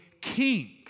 king